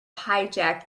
hijack